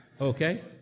Okay